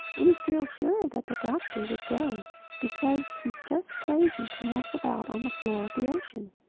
we feel sure that the doctor would go because he's just crazy to mess about on the floor of the ocean.